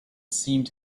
seemed